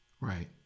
right